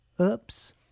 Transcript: Oops